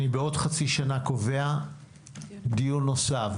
אני בעוד חצי שנה קובע דיון נוסף,